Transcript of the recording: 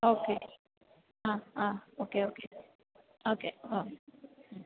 okay ആ ആ okay okay okay ആ